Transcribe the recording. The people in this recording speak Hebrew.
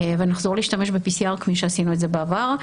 ונחזור להשתמש ב-PCR, כפי שעשינו בעבר.